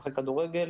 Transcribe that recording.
לשחק כדורגל,